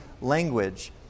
language